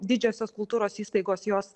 didžiosios kultūros įstaigos jos